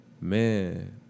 man